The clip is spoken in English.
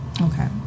okay